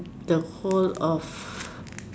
the whole of